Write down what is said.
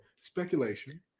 Speculation